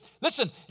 Listen